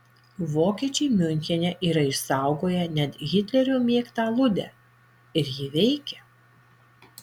vokiečiai miunchene yra išsaugoję net hitlerio mėgtą aludę ir ji veikia